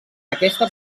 aquesta